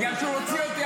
בגלל שהוא הוציא אותי,